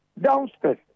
downstairs